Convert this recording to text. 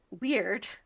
weird